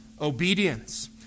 obedience